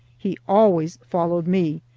he always followed me,